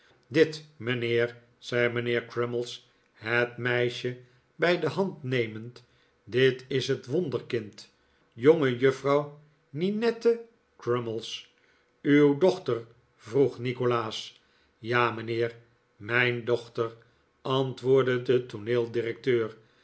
dit mijnheer zei mijnheer crummies het meisje bij de hand nemend dit is het wonderkind jongejuffrouw ninette crummies uw dochter vroeg nikolaas ja mijnheer mijn dochter antwoordde de